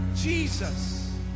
Jesus